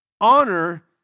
honor